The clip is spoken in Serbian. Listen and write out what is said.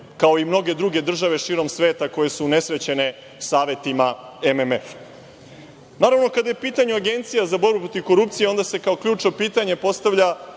kao i mnoge druge države širom sveta koje su unesrećene savetima MMF.Naravno, kada je u pitanju Agencija za borbu protiv korupcije, onda se kao ključno pitanje postavlja